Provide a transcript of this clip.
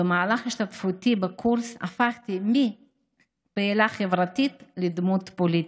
במהלך השתתפותי בקורס הפכתי מפעילה חברתית לדמות פוליטית.